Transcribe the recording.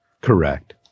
Correct